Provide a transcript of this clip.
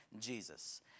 Jesus